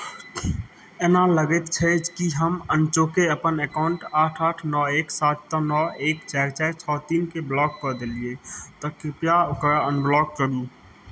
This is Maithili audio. एना लगैत छै कि हम अनचोके अपन अकाउंट आठ आठ नओ एक सात नओ एक चारि चारि छओ तीनकेँ ब्लॉक कऽ देलियै तऽ कृप्या ओकरा अनब्लॉक करू